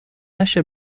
نشه